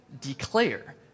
declare